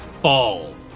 Fall